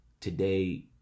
today